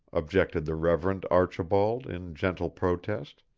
objected the reverend archibald in gentle protest,